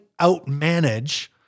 outmanage